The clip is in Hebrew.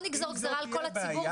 לא נגזור גזירה על כל הציבור,